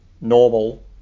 normal